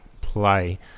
play